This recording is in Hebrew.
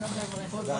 חינוך.